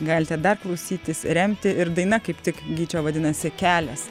galite dar klausytis remti ir daina kaip tik gyčio vadinasi kelias